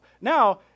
now